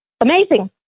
amazing